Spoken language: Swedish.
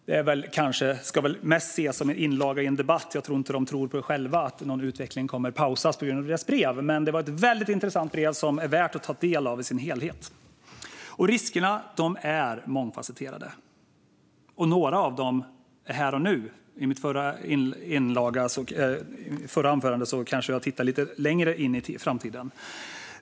Det kanske mest ska ses som en inlaga i en debatt, för jag tror inte att de själva tror att någon utveckling kommer att pausas på grund av deras brev. Men det är ett väldigt intressant brev som är värt att ta del av i sin helhet. Riskerna med AI är mångfasetterade. Några av dem är här och nu. I mitt förra inlägg såg jag lite längre in i framtiden.